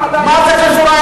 מה זה קשור,